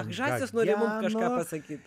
žąsys nori mum kažką pasakyt